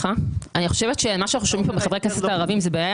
אני חושבת שמה שאנחנו שומעים כאן מחברי הכנסת הערבים זו בעיה